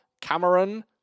Cameron